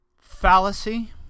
fallacy